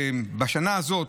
בשנה הזאת,